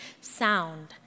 sound